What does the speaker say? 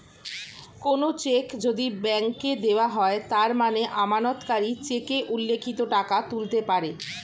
কোনো চেক যদি ব্যাংকে দেওয়া হয় তার মানে আমানতকারী চেকে উল্লিখিত টাকা তুলতে পারে